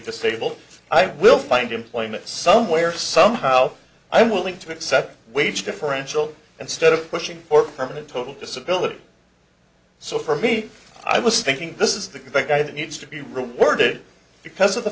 disabled i will find employment somewhere somehow i'm willing to accept wage differential instead of pushing for permanent total disability so for me i was thinking this is the guy that needs to be reworded because of the